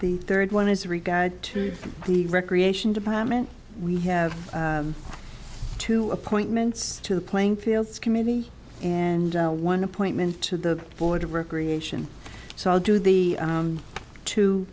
the third one is regard to the recreation department we have two appointments to the playing fields committee and one appointment to the board of recreation so i'll do the